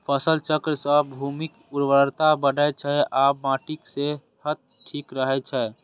फसल चक्र सं भूमिक उर्वरता बढ़ै छै आ माटिक सेहत ठीक रहै छै